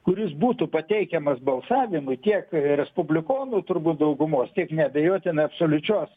kuris būtų pateikiamas balsavimui tiek respublikonų turbūt daugumos tiek neabejotinai absoliučios